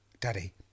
daddy